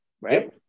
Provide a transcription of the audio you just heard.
right